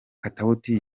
katauti